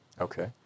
okay